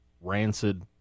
rancid